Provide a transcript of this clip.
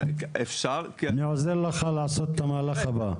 אני עוזר לך לעשות את המהלך הבא.